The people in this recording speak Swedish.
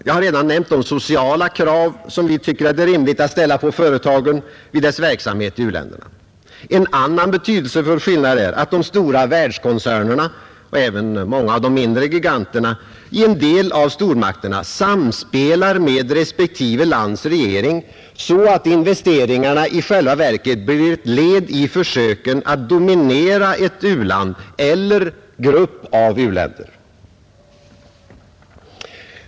Jag har redan nämnt de sociala krav som vi tycker det är rimligt att ställa på företagen vid deras verksamhet i u-länderna. En annan betydelsefull skillnad är att de stora världskoncernerna — och även många av de mindre giganterna — i en del av stormakterna samspelar med respektive lands regering så att investeringarna i själva verket blir ett led i försöken att dominera ett u-land eller en grupp av u-länder.